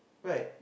right